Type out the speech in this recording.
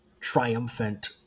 triumphant